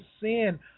sin